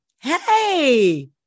hey